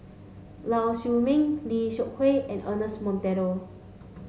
Lau Siew Mei Lim Seok Hui and Ernest Monteiro